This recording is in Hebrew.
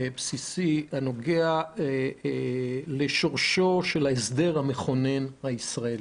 בסיסי, הנוגע לשורשו של ההסדר המכונן הישראלי.